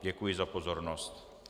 Děkuji za pozornost.